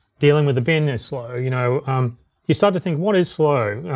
dealing with a bin is slow. you know you start to think, what is slow?